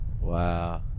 Wow